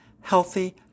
healthy